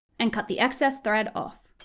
and cut the excess thread off.